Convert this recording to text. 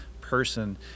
person